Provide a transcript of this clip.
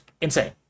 insane